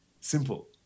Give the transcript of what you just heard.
simple